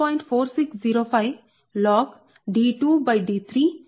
4605 log d2d323 mHkm